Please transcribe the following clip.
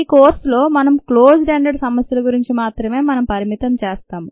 ఈ కోర్సులో మనం క్లోజ్డ్ ఎండెడ్ సమస్యల గురించి మాత్రమే మనం పరిమితం చేస్తాం